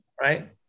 right